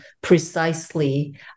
precisely